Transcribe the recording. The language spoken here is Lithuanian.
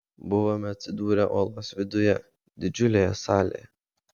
buvome atsidūrę uolos viduje didžiulėje salėje